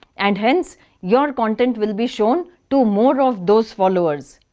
and hence your content will be shown to more of those followers.